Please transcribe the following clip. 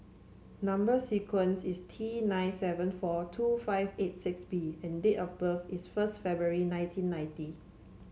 number sequence is T nine seven four two five eight six B and date of birth is first February nineteen ninety